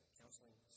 counseling